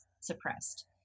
suppressed